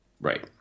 Right